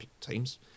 teams